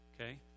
okay